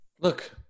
Look